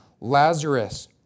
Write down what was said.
Lazarus